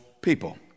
people